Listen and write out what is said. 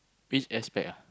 which aspect ah